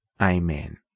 Amen